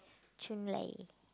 Chun-Lai